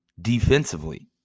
Defensively